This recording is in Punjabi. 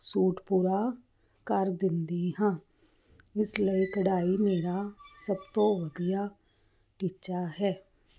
ਸੂਟ ਪੂਰਾ ਕਰ ਦਿੰਦੀ ਹਾਂ ਜਿਸ ਲਈ ਕੜਾਈ ਮੇਰਾ ਸਭ ਤੋਂ ਵਧੀਆ ਟੀਚਾ ਹੈ